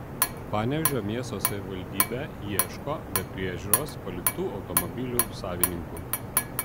panevėžio miesto savivaldybė ieško be priežiūros paliktų automobilių savininkų